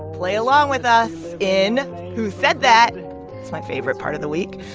play along with us in who said that? it's my favorite part of the week.